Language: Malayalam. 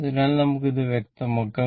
അതിനാൽ നമുക്ക് അത് വ്യക്തമാക്കാം